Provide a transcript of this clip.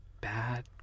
bad